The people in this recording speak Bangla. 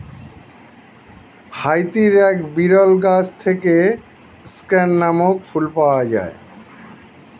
হাইতির এক বিরল গাছ থেকে স্ক্যান নামক ফুল পাওয়া যায়